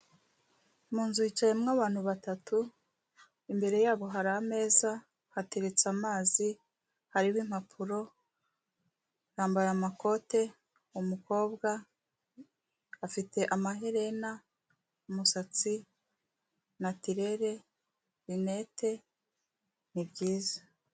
Mu nzu hicayemo abantu batatu, imbere yabo hari ameza, hateretse amazi, hariho impapuro, yambaye amakote, umukobwa afite amaherena, umusatsi natirere, rinete, ni byiza.